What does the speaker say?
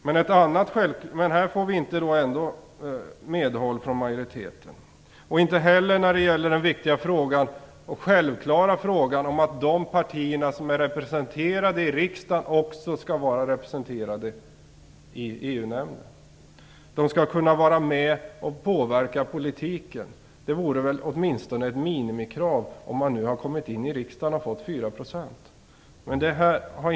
Men inte heller här får vi medhåll av majoriteten, och inte heller när det gäller det viktiga och självklara kravet att de partier som är representerade i riksdagen också skall vara representerade i EU-nämnden. De skall kunna vara med och påverka politiken. Det är väl ett minimikrav, när de nu har fått 4 % eller mer av rösterna och kommit in i riksdagen.